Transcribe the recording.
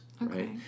right